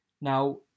Now